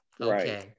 okay